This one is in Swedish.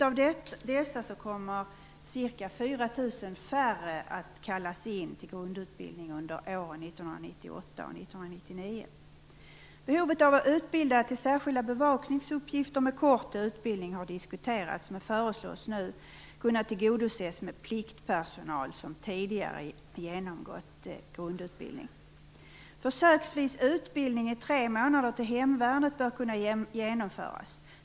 Av dessa kommer ca 4 000 färre att kallas in till grundutbildning under åren 1998 och 1999. Behovet av att utbilda till särskilda bevakningsuppgifter med kort utbildning har diskuterats, men det behovet föreslås nu kunna bli tillgodosett med pliktpersonal som tidigare genomgått grundutbildning. Försöksvis utbildning under tre månader för hemvärnet bör kunna genomföras.